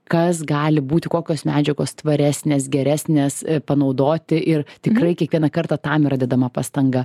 kas gali būti kokios medžiagos tvaresnės geresnės panaudoti ir tikrai kiekvieną kartą tam yra dedama pastanga